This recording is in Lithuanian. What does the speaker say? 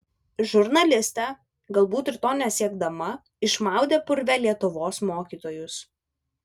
žurnalistė galbūt ir to nesiekdama išmaudė purve lietuvos mokytojus